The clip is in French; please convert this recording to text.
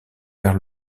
vers